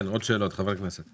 עוד שאלות, חברי הכנסת?